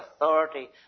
authority